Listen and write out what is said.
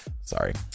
Sorry